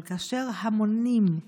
אבל כאשר המונים,